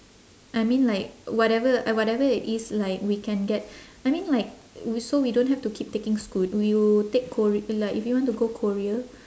I mean like whatever uh whatever it is like we can get I mean like so we don't have to keep taking scoot you take kor~ like if you want to go korea